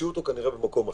המציאו אותו כנראה במקום אחר.